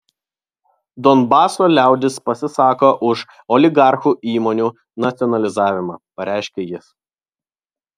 donbaso liaudis pasisako už oligarchų įmonių nacionalizavimą pareiškė jis